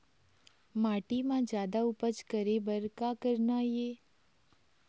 माटी म जादा उपज करे बर का करना ये?